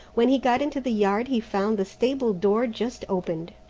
when he got into the yard he found the stable-door just opened.